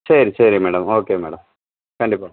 சரி சரி madam okay madam கண்டிப்பாக